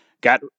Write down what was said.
Got